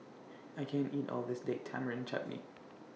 I can't eat All of This Date Tamarind Chutney